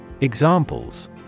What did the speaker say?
Examples